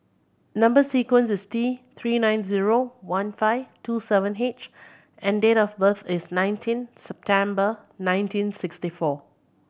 number sequence is T Three nine zero one five two seven H and date of birth is nineteen September nineteen sixty four